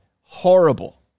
horrible